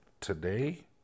today